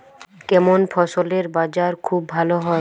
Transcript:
কেমন ফসলের বাজার খুব ভালো হয়?